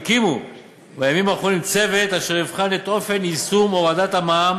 הקימו בימים האחרונים צוות אשר יבחן את אופן יישום הורדת המע"מ